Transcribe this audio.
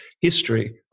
history